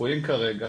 צפויים כרגע,